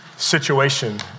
situation